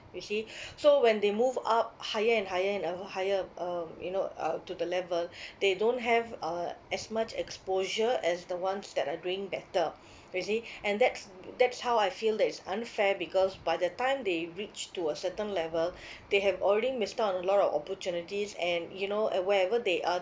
you see so when they move up higher and higher and higher uh you know uh to the level they don't have uh as much exposure as the ones that are doing better you see and that's that's how I feel that is unfair because by the time they reach to a certain level they have already missed out on a lot of opportunities and you know uh wherever they are